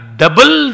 double